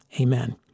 Amen